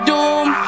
Doom